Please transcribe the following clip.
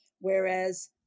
Whereas